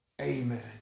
amen